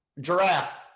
giraffe